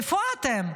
איפה אתם?